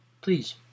please